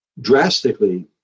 drastically